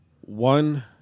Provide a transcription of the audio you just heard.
one